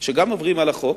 שגם עוברים על החוק,